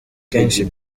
kenshi